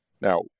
Now